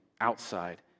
outside